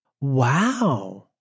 wow